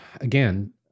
again